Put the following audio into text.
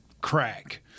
crack